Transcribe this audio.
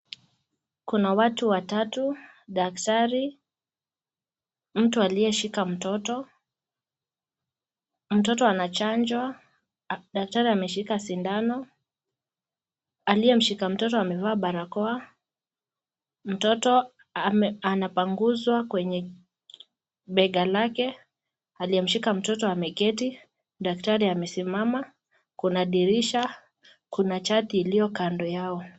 Kuna watu watatu daktari, mtu aliyeshika mtoto mtoto anachanjwa daktari ameshika sindano. Aliyeshika mtoto amevaa barakoa mtoto anapanguzwa kwenye bega lake. ALiyeshika mtoto ameketi daktari amesimama. Kuna dirisha kuna chati iliyo kando yao.